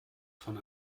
von